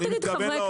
אל תגיד דברים,